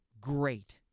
great